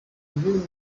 uyu